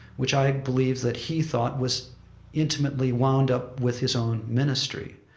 which i believe that he thought was intimately wound up with his own ministry.